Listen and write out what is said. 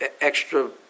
extra